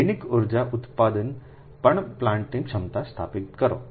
દૈનિક ઉર્જા ઉત્પન્ન b પ્લાન્ટની ક્ષમતા સ્થાપિત કરો